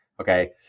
okay